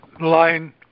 line